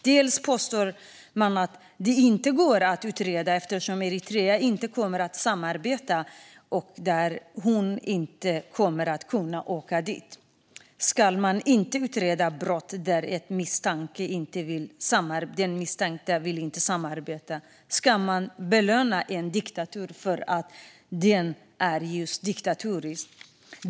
Dels påstår åklagaren att det inte går att utreda eftersom Eritrea inte kommer att samarbeta och hon inte kan åka dit. Ska man inte utreda brott där den misstänkte inte vill samarbeta? Ska man belöna en diktatur för att den är diktatorisk?